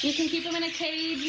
even